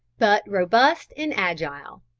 but robust and agile,